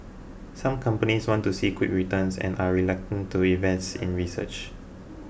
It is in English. some companies want to see quick returns and are reluctant to invest in research